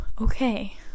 Okay